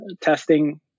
testing